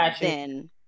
then-